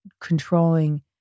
controlling